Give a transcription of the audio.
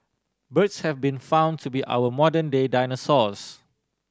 birds have been found to be our modern day dinosaurs